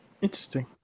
Interesting